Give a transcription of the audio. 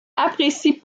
apprécie